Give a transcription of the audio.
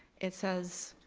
it says,